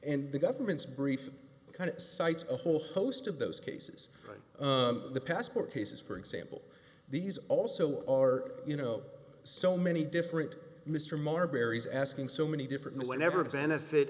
and the government's brief kind of cites a whole host of those cases in the passport cases for example these also or you know so many different mr marbury's asking so many different whenever benefit